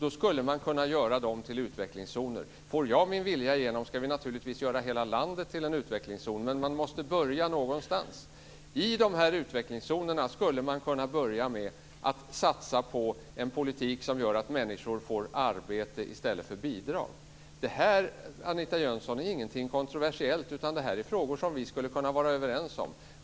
De skulle kunna göras till utvecklingszoner. Får jag min vilja igenom ska vi naturligtvis göra hela landet till en utvecklingszon. Men man måste börja någonstans. I de här utvecklingszonerna skulle man kunna börja med att satsa på en politik som gör att människor får arbete i stället för bidrag. Det är inget kontroversiellt, Anita Jönsson. Det är frågor som vi skulle kunna vara överens om.